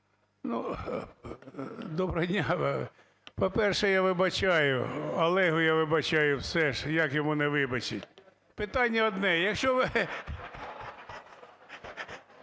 Доброго дня. По-перше, я вибачаю Олегу, я вибачаю все, як йому не вибачить. Питання одне,